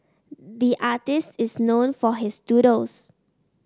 the artist is known for his doodles